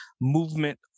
movement